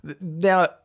Now